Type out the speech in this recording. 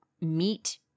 meet